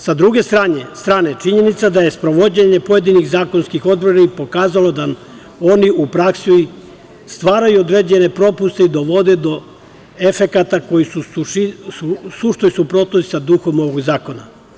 Sa druge strane, činjenica da je sprovođenje pojedinih zakonskih odredbi pokazalo da oni u praksi stvaraju određene propuste i dovode do efekata koji su u suštoj suprotnosti sa duhom ovog zakona.